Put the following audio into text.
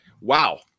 Wow